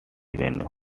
venue